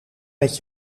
met